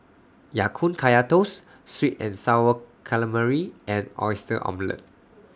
Ya Kun Kaya Toast Sweet and Sour Calamari and Oyster Omelette